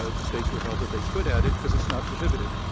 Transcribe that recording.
ah the states were held that they could add it because it's not prohibited.